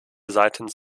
seitens